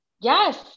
Yes